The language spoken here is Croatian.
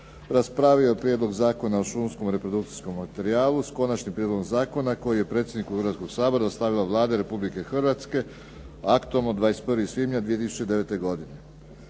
raspravio je Prijedlog zakona o šumskom reprodukcijskom materijalu s Konačnim prijedlogom zakona kojemu je predsjedniku Hrvatskog sabora dostavila Vlada Republike Hrvatske aktom od 21. svibnja 2009. godine.